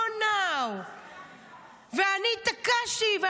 להלן תרגומם לעברית): אתה לבד עכשיו.